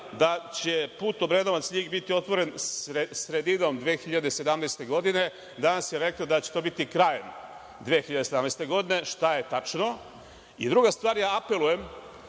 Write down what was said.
da će put Obrenovac-LJig biti otvoren sredinom 2017. godine. Danas je rekla da će to biti krajem 2017. godine. Šta je tačno?I druga stvar je – apelujem